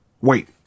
Wait